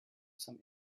some